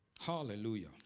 Hallelujah